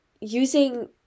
using